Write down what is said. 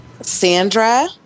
Sandra